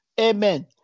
Amen